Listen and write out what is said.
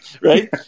Right